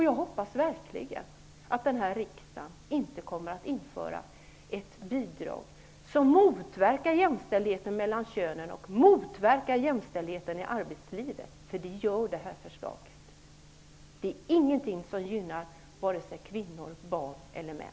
Jag hoppas verkligen att denna riksdag inte kommer att införa ett bidrag som motverkar jämställdheten mellan könen och jämställdheten i arbetslivet. Det gör det här förslaget. Det är ingenting som gynnar vare sig kvinnor, barn eller män.